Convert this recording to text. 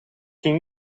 ging